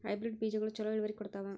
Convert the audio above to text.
Hybrid ಬೇಜಗೊಳು ಛಲೋ ಇಳುವರಿ ಕೊಡ್ತಾವ?